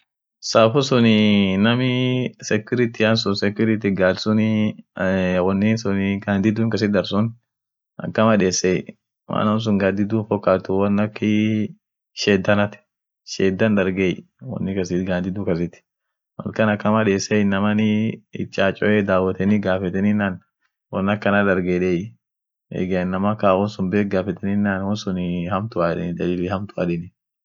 Kenya adum ishia kabd kenyaani kabila afurtama lamat kaajira.kabila afurtama lama sun nam wolba akum afan inin dubetit jira akin woya nekatit jira muzikine kila kabilan tam ishia kabd sagale akiishin nyatit jira kenyani amine mambo fan woldochane hinkabd akama diko ak fan wol kopenoaneane hijirt kabilan afurtama lama nam wolba afanum isa dubeta mambo biasharaneni kenya lila oljirti mambo enterprinewship tan iyo mambo bidian huji midasatia tan lila kabdie wakenyan